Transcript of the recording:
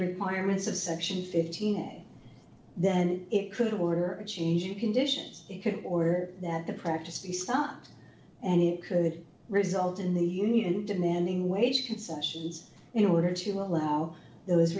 requirements of section fifteen then it could order a change of conditions or that the practice be start and it could result in the union demanding wage concessions in order to allow those